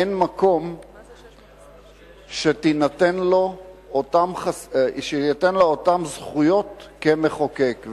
אין מקום שיינתנו לו אותן זכויות כמחוקק.